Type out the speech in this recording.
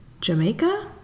Jamaica